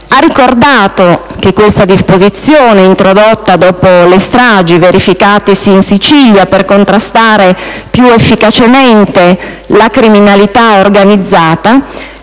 ha ricordato che questa disposizione, introdotta dopo le stragi verificatisi in Sicilia per contrastare più efficacemente la criminalità rganizzata,